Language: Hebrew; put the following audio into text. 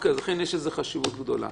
לכן יש לזה חשיבות גדולה.